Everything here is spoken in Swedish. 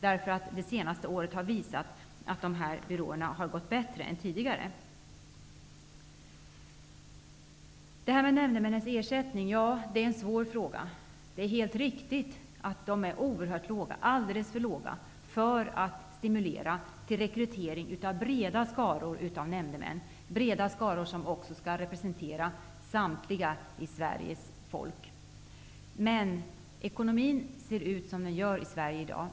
Det senaste året har visat att dessa byråer har gått bättre än tidigare. Ersättningen till nämndemännen är en svår fråga. Det är ett helt riktigt konstaterande att de är alldeles för låga för att stimulera till rekrytering av breda skaror av nämndemän som kan representera svenska folket. Men ekonomin i Sverige i dag ser ut som den gör.